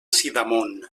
sidamon